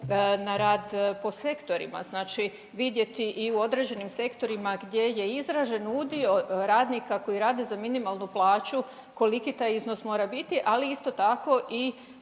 na rad po sektorima. Znači vidjeti i u određenim sektorima gdje je izražen udio radnika koji rade za minimalnu plaću, koliki taj iznos mora biti, ali isto tako i